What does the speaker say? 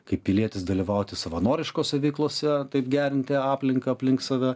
kaip pilietis dalyvauti savanoriškose veiklose taip gerinti aplinką aplink save